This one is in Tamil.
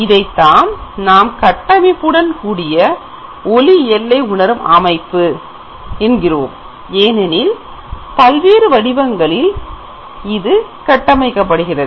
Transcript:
இதை தான் கட்டமைப்புடன் கூடிய ஒளி எல்லை உணரும் அமைப்பு ஏனெனில் பல்வேறு வடிவங்களில் இது கட்டமைக்கப்படுகிறது